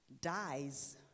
dies